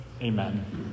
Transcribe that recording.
amen